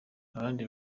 abandi